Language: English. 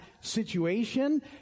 situation